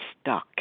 stuck